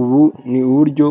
Ubu ni uburyo